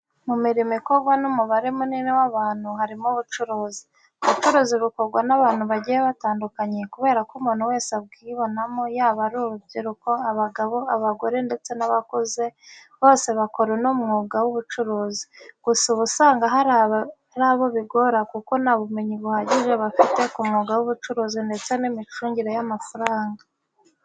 Mu mirimo ikorwa n'umubare munini w'abantu harimo ubucuruzi. Ubucuruzi bukorwa n'abantu bagiye batandukanye kubera ko umuntu wese abwibonamo yaba urubyiruko, abagabo, abagore ndetse n'abakuze bose bakora uno mwuga w'ubucuruzi. Gusa uba usanga hari abo bigora kuko nta bumenyi buhagije bafite ku mwuga w'ubucuruzi ndetse n'imicungire y'amafaranga.